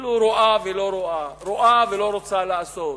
שכאילו רואה ולא רואה, רואה ולא רוצה לעשות.